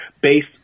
based